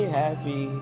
happy